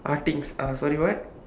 things ah sorry what